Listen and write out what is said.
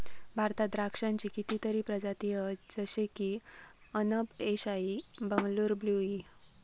भारतात द्राक्षांची कितीतरी प्रजाती हत जशे की अनब ए शाही, बंगलूर ब्लू ई